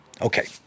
okay